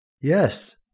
Yes